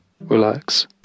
relax